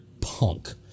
punk